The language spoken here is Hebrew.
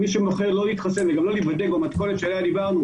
אם מישהו בוחר לא להתחסן וגם לא להיבדק במתכונת שדיברנו,